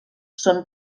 són